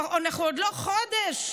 עוד לא חודש,